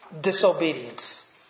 disobedience